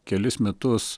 kelis metus